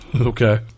Okay